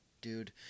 dude